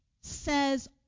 says